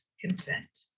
consent